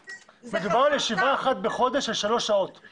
מדובר על ישיבה אחת בחודש של מקסימום